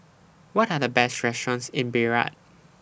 What Are The Best restaurants in Beirut